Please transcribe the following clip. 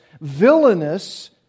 villainous